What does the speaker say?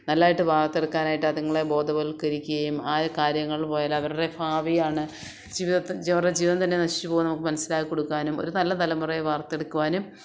നല്ലതായിട്ട് വാർത്തെടുക്കാനായിട്ട് അതുങ്ങളെ ബോധവൽക്കരിക്കുകയും ആ കാര്യങ്ങൾ പോയാൽ അവരുടെ ഭാവിയാണ് ജീവിതത്തെ അവരുടെ ജീവിതം തന്നെ നശിച്ചുപോകുമെന്ന് നമുക്ക് മനസിലാക്കി കൊടുക്കാനും ഒരു നല്ല തലമുറയെ വാർത്തെടുക്കുവാനും